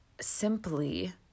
simply